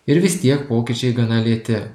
ir vis tiek pokyčiai gana lėti